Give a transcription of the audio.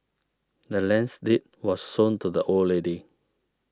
the land's deed was sold to the old lady